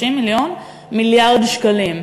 30 מיליון, לעומת מיליארד שקלים.